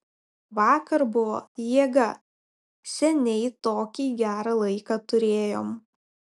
vakar buvo jėga seniai tokį gerą laiką turėjom